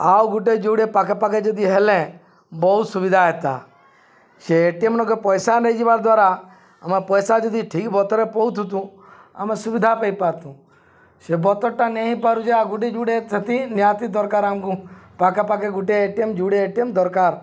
ଆଉ ଗୁଟେ ଯୁଡ଼େ ପାଖାପାଖେ ଯଦି ହେଲେ ବହୁତ ସୁବିଧା ହେତା ସେ ଏ ଟି ଏମ୍ ନୋକେ ପଇସା ନେଇଯିବାର ଦ୍ୱାରା ଆମ ପଇସା ଯଦି ଠିକ୍ ବତରେ ପଉଥୁତୁ ଆମେ ସୁବିଧା ପାଇ ପାର୍ଥୁଁ ସେ ବତଟା ନେଇପାରୁଛେ ଆଉ ଗୁଟେ ଯୁଡ଼େ ସେଥି ନିହାତି ଦରକାର ଆମକୁ ପାଖାପାଖେ ଗୁଟେ ଏ ଟି ଏମ୍ ଯୁଡ଼େ ଏ ଟି ଏମ୍ ଦରକାର